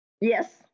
Yes